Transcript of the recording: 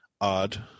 odd